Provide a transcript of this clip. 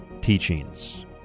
Teachings